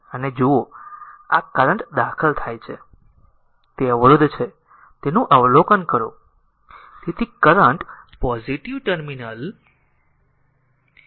અને જુઓ આ કરંટ દાખલ થાય છે તે અવરોધ છે તેનું અવલોકન કરો